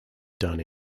done